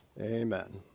Amen